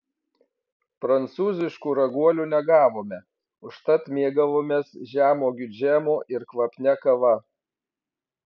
prancūziškų raguolių negavome užtat mėgavomės žemuogių džemu ir kvapnia kava